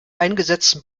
eingesetzten